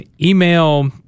email